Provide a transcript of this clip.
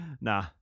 nah